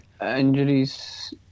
Injuries